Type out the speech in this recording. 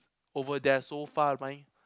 over there so far behind